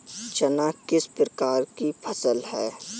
चना किस प्रकार की फसल है?